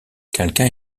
quelqu’un